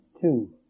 two